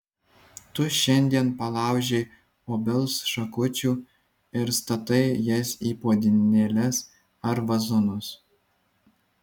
tu šiandien palaužei obels šakučių ir statai jas į puodynėles ar vazonus